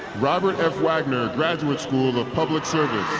robert f. wagner graduate school of public service